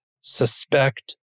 suspect